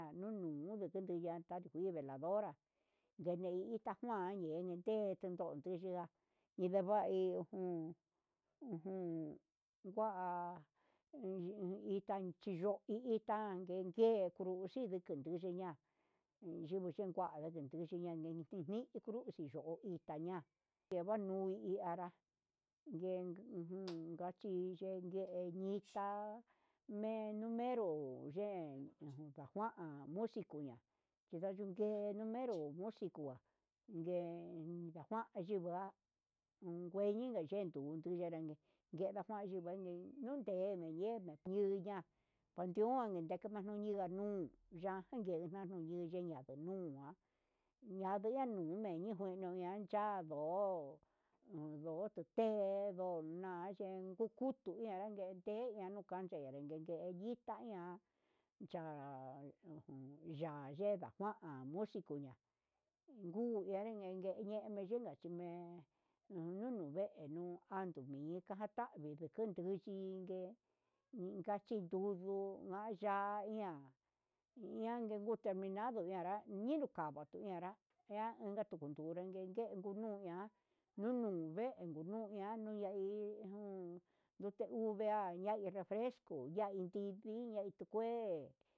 Jan nunu nunutunuya ohi veladora yemi ita kuan yene'e té ndonduxhijan ñindevai ujun jun va'a yenuu ita nuu chiyo'o itan nguee, yengu xhitu kunduxi ña'a yivii xhinkua ndubu xhiña'a yingui chingua xhiña nunu ni'i luxo ita ña'a yevanui hi anra nguen nguu kachi nuu ngue ñita'a nenumero yen ujun jujua nuchi kuña'a chinga ñunkenu mero musico, ngue njuan yinjua ngueñina yenduu, yunredangue ngura nguan yendame nundee nayena ñiuña yuan nguteja yuninga nuu yan kuñe nanu ñenda kunua yanuyanuu me'i, dijui ninguan cha'a ndo'o undo tuté ndonayen ngu ngutu tunan nde teya'a kanche ndeye hí ita iha ya'a ujun ya'a yengua jan njuu enrengue ñeñe eyungan chine'e ununu ve'enuu kanduni takandanre ajuniunke, inka chi duguu ngaya'a nga ian ian ni nguu chaminiu nara ñina'a ndukava tianrá iha tenga nu'uni, enguee nuña'a nunguu vee nuña'a nuñai jun ndute uve'a ñandé refresco ña'a inti ñindia nditukué.